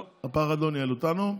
לא, הפחד לא ניהל אותנו,